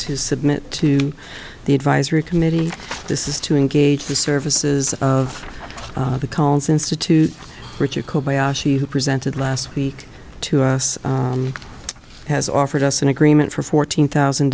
to submit to the advisory committee this is to engage the services of the collins institute richard kobayashi who presented last week to us and has offered us an agreement for fourteen thousand